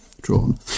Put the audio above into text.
drawn